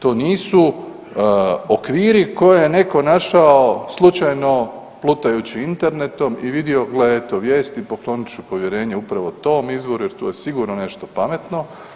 To nisu okviri koje je netko našao slučajno plutajući internetom i vidjeli, gle, eto vijest i poklonit ću povjerenje upravo tom izvoru jer tu je sigurno nešto pametno.